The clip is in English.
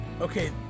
okay